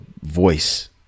voice